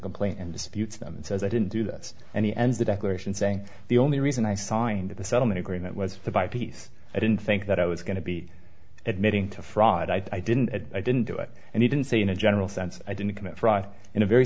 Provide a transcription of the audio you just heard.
complaint and disputes them and says i didn't do this and he ends the declaration saying the only reason i signed the settlement agreement was to buy peace i didn't think that i was going to be admitting to fraud i didn't i didn't do it and he didn't say in a general sense i didn't commit fraud in a very